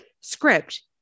script